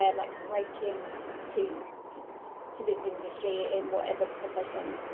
yeah like break in to to this industry in whatever profession,